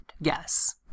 Yes